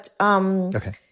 Okay